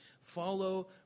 follow